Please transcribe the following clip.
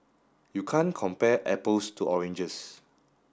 you can't compare apples to oranges